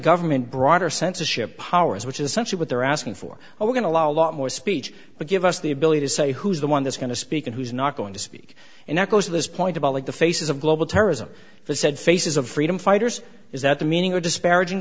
government broader censorship powers which is essentially what they're asking for we're going to allow a lot more speech but give us the ability to say who's the one that's going to speak and who's not going to speak and echoes of this point about like the faces of global terrorism the said faces of freedom fighters is that the meaning of disparaging